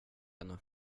ännu